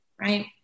right